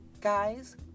guys